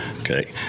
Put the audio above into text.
Okay